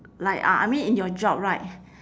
like uh I mean in your job right